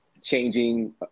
changing